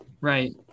Right